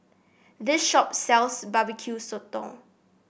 this shop sells Barbecue Sotong